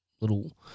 little